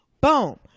Boom